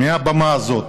מהבמה הזאת,